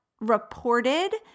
reported